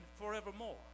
forevermore